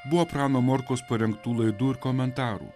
buvo prano morkos parengtų laidų ir komentarų